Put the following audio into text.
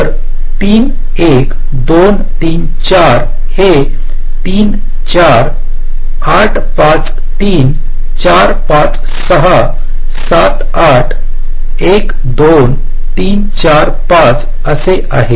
तर 3 1 2 3 4 हे 3 4 8 5 3 4 5 6 7 8 1 2 3 4 5 असे आहे